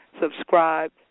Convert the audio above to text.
subscribe